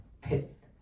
pit